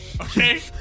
Okay